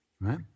right